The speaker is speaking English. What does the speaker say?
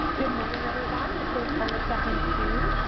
good morning, everyone, this is alissa huntoon.